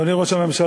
אדוני ראש הממשלה,